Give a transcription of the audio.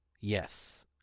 Yes